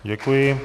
Děkuji.